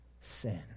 sin